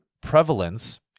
prevalence